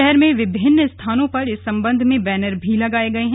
शहर में विभिन्न स्थानों पर इस संबंध में बैनर भी लगाए गए हैं